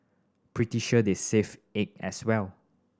pretty sure they serve egg as well